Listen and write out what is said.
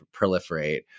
proliferate